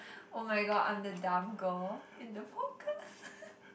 oh my god I'm the dumb girl in the